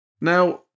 Now